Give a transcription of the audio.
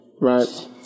right